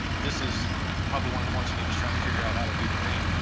this is probably one of the ones when he was trying to figure out how to do the paint.